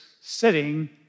sitting